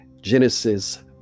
Genesis